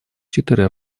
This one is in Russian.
четыре